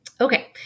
Okay